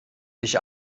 dich